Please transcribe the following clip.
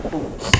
!oops!